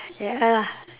ya !ugh!